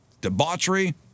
debauchery